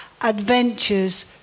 adventures